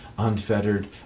unfettered